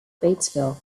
batesville